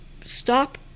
stop